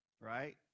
Right